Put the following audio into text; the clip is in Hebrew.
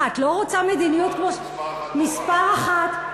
מה, את לא רוצה מדיניות כמו, מספר אחת בעולם.